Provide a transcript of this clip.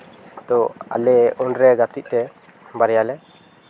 ᱛᱚ ᱟᱞᱮ ᱩᱱᱨᱮ ᱜᱟᱛᱮᱜ ᱛᱮ ᱵᱟᱨᱭᱟ ᱞᱮ